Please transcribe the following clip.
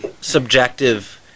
subjective